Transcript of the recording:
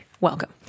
Welcome